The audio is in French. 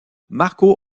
marco